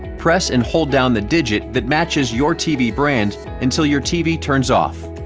press and hold down the digit that matches your tv brand until your tv turns off.